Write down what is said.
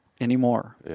anymore